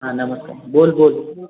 हां नमस्कार बोल बोल